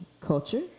Culture